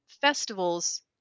festivals